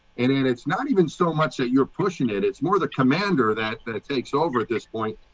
and and it's not even so much that you're pushing it. it's more the commander that that it takes over at this point.